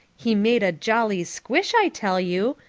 he made a jolly squish i tell you.